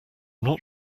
not